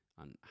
on